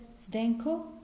Zdenko